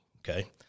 Okay